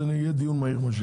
זה יהיה דיון מהיר.